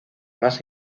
más